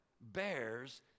bears